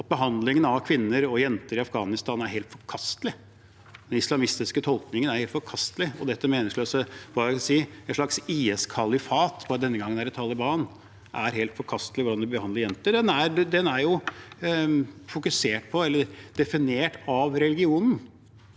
behandlingen av kvinner og jenter i Afghanistan er helt forkastelig. Den islamistiske tolkningen er helt forkastelig, det er meningsløst, et slags – hva skal jeg si – IS-kalifat, bare at denne gangen er det Taliban: Det er helt forkastelig hvordan de behandler jenter. Det er jo definert av religionen.